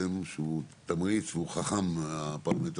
רפורמת